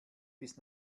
bis